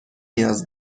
نیاز